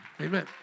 Amen